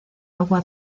agua